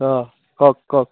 অ কওক কওক